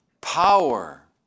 power